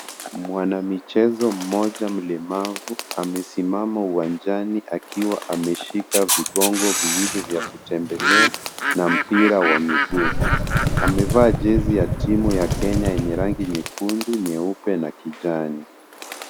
Mwanamichezo mmoja mlemavu amesimama uwanjani akiwa ameshika vigongo viwili vya kutembelea na mpira wa miguu. Amevaa jezi ya timu ya Kenya yenye rangi nyekundu, nyeupe na kijani.